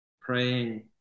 praying